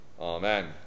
Amen